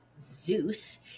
Zeus